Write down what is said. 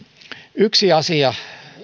yksi asia